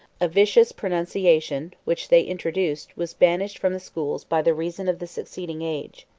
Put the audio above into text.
a vicious pronunciation, which they introduced, was banished from the schools by the reason of the succeeding age.